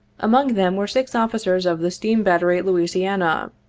among them were six officers of the steam-battery louisiana,